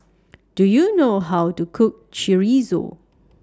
Do YOU know How to Cook Chorizo